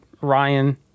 Ryan